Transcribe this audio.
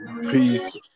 Peace